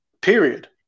period